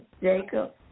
Jacob